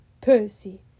Percy